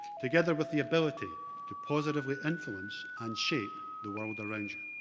together with the ability to positively influence and shape the world around you.